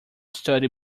study